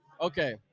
Okay